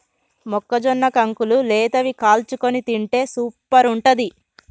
మొక్కజొన్న కంకులు లేతవి కాల్చుకొని తింటే సూపర్ ఉంటది